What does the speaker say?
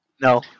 no